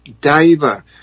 diver